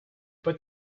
but